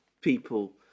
people